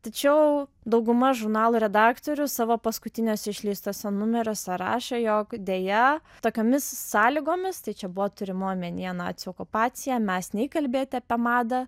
tačiau dauguma žurnalo redaktorių savo paskutiniuose išleistuose numeriuose rašė jog deja tokiomis sąlygomis tai čia buvo turima omenyje nacių okupacija mes nei kalbėti apie madą